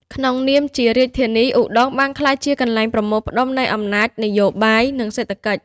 ក្នុងនាមជារាជធានី ឧដុង្គបានក្លាយជាកន្លែងប្រមូលផ្តុំនៃអំណាចនយោបាយ និងសេដ្ឋកិច្ច។